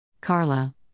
Carla